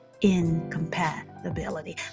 incompatibility